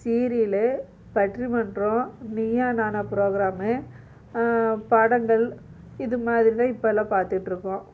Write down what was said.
serial பட்டிமன்றம் Neeya Naana programme படங்கள் இது மாதிரி தான் இப்பெல்லாம் பார்த்துட்ருக்கோம்